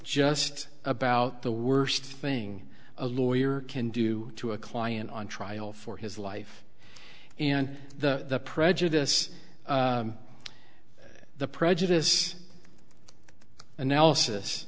just about the worst thing a lawyer can do to a client on trial for his life and the prejudice the prejudice analysis